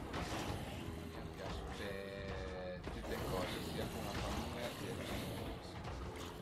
A mi a m'pias fe tüte coze, sia cun la famìa sia cun i amis